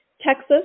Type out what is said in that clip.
Texas